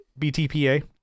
BTPA